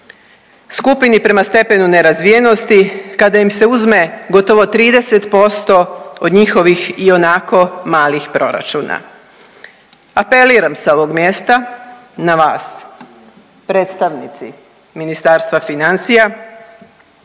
skupini prema stepenu nerazvijenosti, kada im se uzme gotovo 30% od njihovih i onako malih proračuna. Apeliram s ovog mjesta na vas predstavnici Ministarstva financija